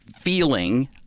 feeling